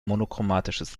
monochromatisches